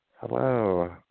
Hello